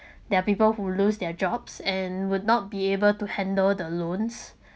there're people who lose their jobs and would not be able to handle the loans